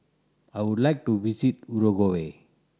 I would like to visit Uruguay